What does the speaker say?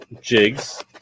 jigs